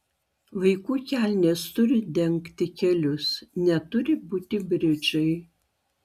vaikų kelnės turi dengti kelius neturi būti bridžai